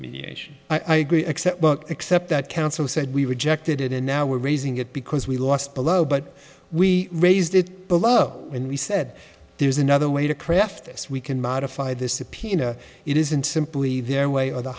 mediation i agree except except that counsel said we rejected it and now we're raising it because we lost below but we raised it below and we said there's another way to craft this we can modify this subpoena it isn't simply their way or the